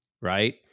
right